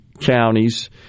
counties